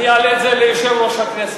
אני אעלה את זה ליושב-ראש הכנסת,